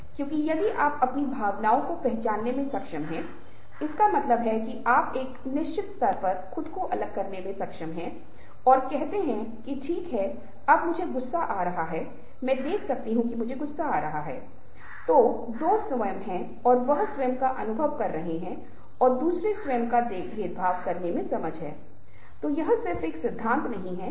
अब ये चीजें महत्वपूर्ण भूमिका निभाती हैं मै और आप अच्छे दोस्त हो सकते हैं लेकिन हो सकता है कि आप कहीं ऊँचे पद पर हों और जब मैं आपसे मिलने जाऊं तो मुझे प्रोटोकॉल का पालन करना होगा और मुझे बाहर इंतजार करना पड़ सकता है मुझे इसके बारे में नाराज महसूस नहीं करना चाहिए आपको कुछ प्रोटोकॉल का पालन करना होगा